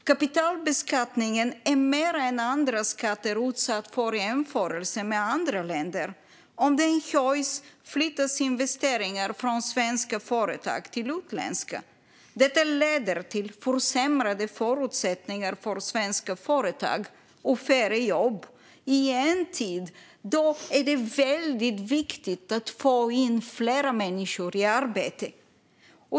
Kapitalbeskattningen är mer än andra skatter utsatt för jämförelse med andra länder. Om den höjs flyttas investeringar från svenska företag till utländska. Detta leder till försämrade förutsättningar för svenska företag och färre jobb, i en tid då det är väldigt viktigt att få in fler människor i arbete.